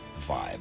vibe